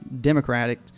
Democratic